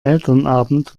elternabend